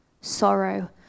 sorrow